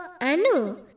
Anu